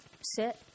sit